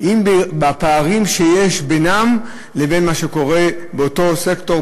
אם הפערים שבינן לבין מה שקורה באותו סקטור,